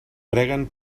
preguen